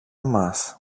μας